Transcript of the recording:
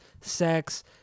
sex